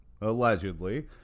allegedly